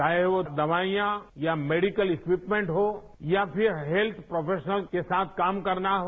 चाहे वो दवाईयां या मेडिकल इक्यूपमेंट्स हों या फिर हेल्थ प्रोफेशनल के साथ काम करना हो